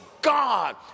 God